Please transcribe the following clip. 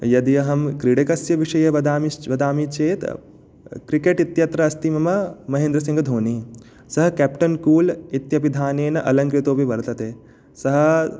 यदि अहं क्रीडकस्य विषये वदामिश् वदामि चेत् क्रिकेट् इत्यत्र अस्ति मम महेन्द्रसिङ्गधोनी सः केप्टन् कूल् इत्यभिधानेन अलङ्कृतोऽपि वर्तते सः